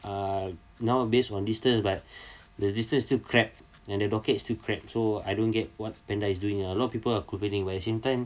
uh now uh based on distance but the distance still crap and the docket is still crack so I don't get what panda is doing a lot of people are complaining but at they same time